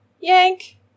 yank